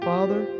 Father